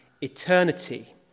eternity